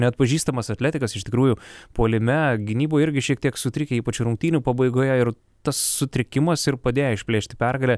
neatpažįstamas atletikas iš tikrųjų puolime gynyboj irgi šiek tiek sutrikę ypač rungtynių pabaigoje ir tas sutrikimas ir padėjo išplėšti pergalę